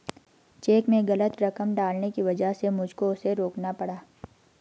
check में गलत रकम डालने की वजह से मुझको उसे रोकना पड़ा